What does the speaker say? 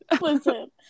listen